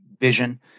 vision